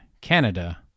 Canada